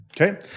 Okay